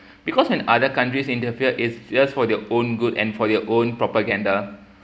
because when other countries interfere it's just for their own good and for their own propaganda